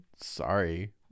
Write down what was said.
sorry